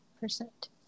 percent